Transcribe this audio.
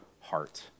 heart